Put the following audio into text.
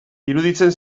iruditzen